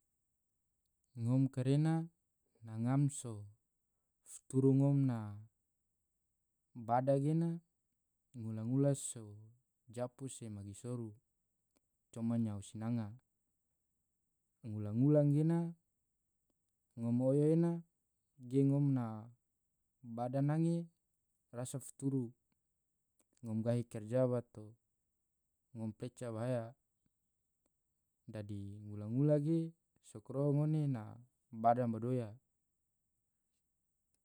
ngom karena na ngam so foturu ngom na bada gena ngula-ngula so japu se magi soru coma nyao sinanga, ngula-ngula angena ngom oyo ena ge ngom na bada nange rasa foturu, ngom gahi karja bato ngom paleca bahaya. dadi ngula-ngua ge so koroho ngone na bada madoya.